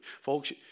folks